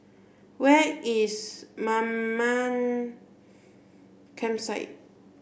where is Mamam Campsite